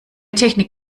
technik